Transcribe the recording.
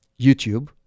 YouTube